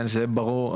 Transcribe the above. שזה יהיה ברור,